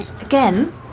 Again